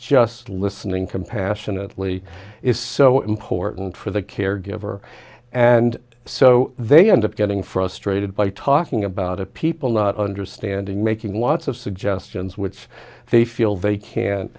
just listening compassionately is so important for the caregiver and so they end up getting frustrated by talking about it people not understanding making lots of suggestions which they feel they can